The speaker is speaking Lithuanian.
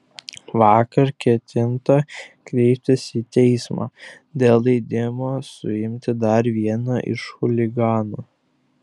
vakar ketinta kreiptis į teismą dėl leidimo suimti dar vieną iš chuliganų